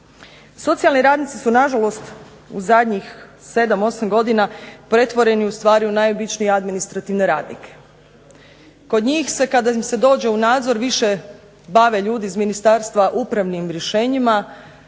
Socijalni radnici su na žalost u zadnjih 7, 8 godina pretvoreni ustvari u najobičnije administrativne radnike. Kod njih se kada im se dođe u nadzor više bave ljudi iz ministarstva upravnim rješenjima,